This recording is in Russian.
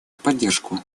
поддержку